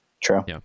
true